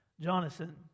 Jonathan